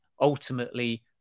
ultimately